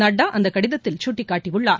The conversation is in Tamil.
நட்டா அந்த கடிதத்தில் கட்டிக்காட்டியுள்ளார்